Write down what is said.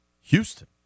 Houston